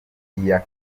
iya